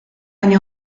hain